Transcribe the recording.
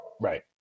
Right